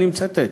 אני מצטט: